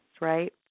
right